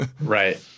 Right